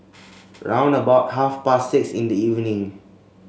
round about half past six in the evening